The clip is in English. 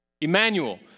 Emmanuel